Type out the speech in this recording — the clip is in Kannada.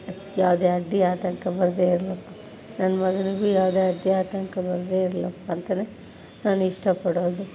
ಯಾವುದೇ ಅಡ್ಡಿ ಆತಂಕ ಬರದೇ ಇರಲಪ್ಪ ನನ್ನ ಮಗನಿಗೂ ಯಾವುದೇ ಅಡ್ಡಿ ಆತಂಕ ಬರದೇ ಇರಲಪ್ಪ ಅಂತೇಳಿ ನಾನು ಇಷ್ಟಪಡೋದು